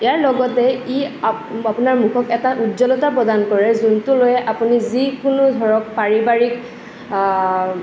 ইয়াৰ লগতে ই আপোনাৰ মুখত এটা উজ্জলতা প্ৰদান কৰে যোনটোলৈ আপুনি যিকোনো ধৰক পাৰিবাৰিক